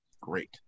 Great